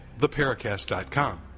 theparacast.com